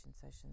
session